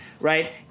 right